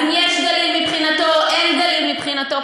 אז אם יש גליל מבחינתו או אין גליל מבחינתו,